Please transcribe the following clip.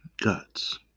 Guts